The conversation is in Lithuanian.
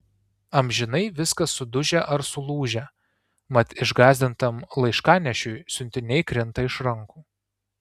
amžinai viskas sudužę ar sulūžę mat išgąsdintam laiškanešiui siuntiniai krinta iš rankų